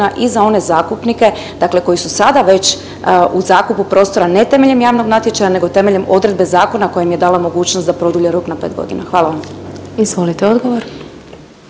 i za one zakupnike dakle koji su sada već u zakupu prostora, ne temeljem javnog natječaja nego temeljem odredbe zakona koja im je dala mogućnost da produlje rok na 5 godina. Hvala vam. **Glasovac,